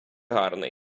гарна